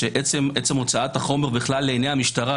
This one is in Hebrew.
שעצם הוצאת החומר לעיני המשטרה,